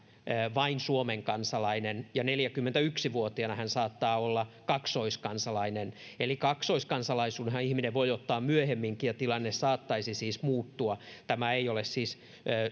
vain suomen kansalainen ja neljäkymmentäyksi vuotiaana hän saattaa olla kaksoiskansalainen eli kaksoiskansalaisuudenhan ihminen voi ottaa myöhemminkin ja tilanne saattaisi siis muuttua tämä ei ole siis